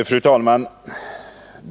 Fru talman!